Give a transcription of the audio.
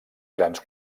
grans